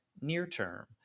near-term